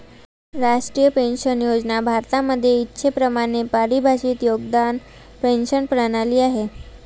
राष्ट्रीय पेन्शन योजना भारतामध्ये इच्छेप्रमाणे परिभाषित योगदान पेंशन प्रणाली आहे